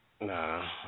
Nah